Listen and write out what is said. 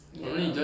ya